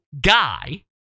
guy